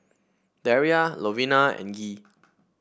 Daria Lovina and Gee